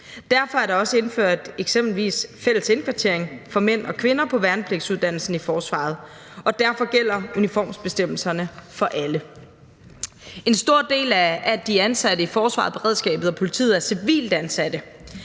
Derfor er der også indført eksempelvis fælles indkvartering for mænd og kvinder på værnepligtsuddannelsen i forsvaret, og derfor gælder uniformsbestemmelserne for alle. En stor del af de ansatte i forsvaret, beredskabet og politiet er civilt ansatte.